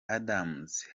adams